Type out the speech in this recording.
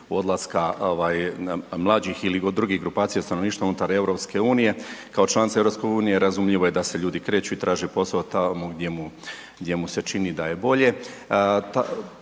odlaska mlađih ili drugih grupacija stanovništva unutar EU, kao članica EU, razumljivo je da se ljudi kreću i traže posao tamo gdje mu se čini da je bolje.